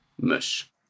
mush